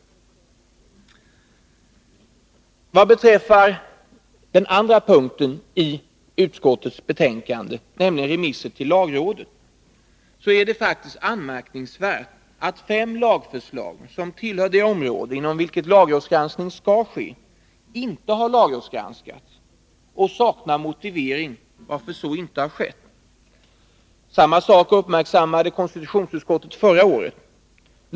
Vad beträffar den andra punkten i utskottets betänkande, nämligen remisser till lagrådet, är det faktiskt anmärkningsvärt att fem lagförslag som tillhör det område inom vilket lagrådsgranskning skall ske inte har lagrådsgranskats och saknar motivering varför så inte har skett. Samma sak uppmärksammade konstitutionsutskottet förra året.